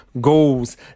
goals